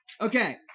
Okay